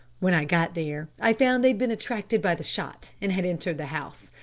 when i got there, i found they'd been attracted by the shot and had entered the house.